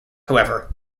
however